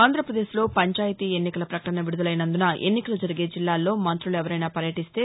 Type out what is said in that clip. ఆంధ్రప్రదేశ్లో పంచాయతీ ఎన్నికల ప్రకటన విడుదలైనందున ఎన్నికలు జరిగే జిల్లాల్లో మంతులెవరైనా పర్యటిస్తే